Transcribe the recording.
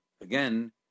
again